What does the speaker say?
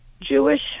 Jewish